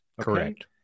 Correct